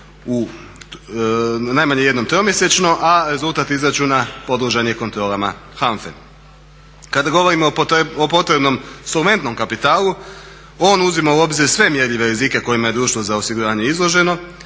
najmanje jednom tromjesečno, a rezultat izračuna podložan je kontrolama HANFA-e. Kada govorimo o potrebnom solventnom kapitalu on uzima u obzir sve mjerljive rizike kojima je društvo za osiguranje izloženo.